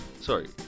Sorry